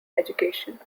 education